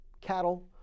cattle